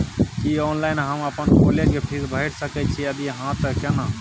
की online हम अपन college के फीस भैर सके छि यदि हाँ त केना?